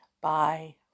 Bye